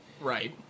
Right